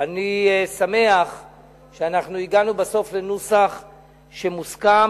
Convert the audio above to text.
אני שמח שהגענו בסוף לנוסח מוסכם,